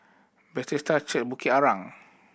Bethesda Church Bukit Arang